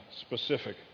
specific